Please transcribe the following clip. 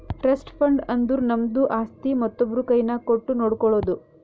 trust fund ಅಂದುರ್ ನಮ್ದು ಆಸ್ತಿ ಮತ್ತೊಬ್ರು ಕೈನಾಗ್ ಕೊಟ್ಟು ನೋಡ್ಕೊಳೋದು